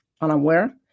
unaware